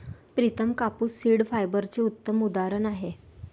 प्रितम कापूस सीड फायबरचे उत्तम उदाहरण आहे